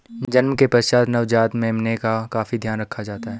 जन्म के पश्चात नवजात मेमने का काफी ध्यान रखा जाता है